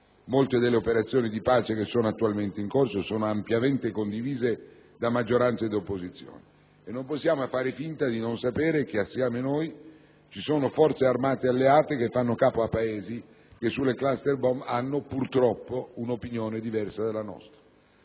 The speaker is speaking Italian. Molte delle operazioni di pace attualmente in corso sono ampiamente condivise da maggioranza ed opposizione. Non possiamo, però, fare finta di non sapere che insieme a noi vi sono forze armate alleate facenti capo a Paesi che sulle *cluster* *bomb* nutrono - purtroppo - un'opinione diversa dalle nostre.